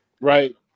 right